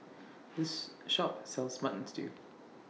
This Shop sells Mutton Stew